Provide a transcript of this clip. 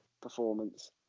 performance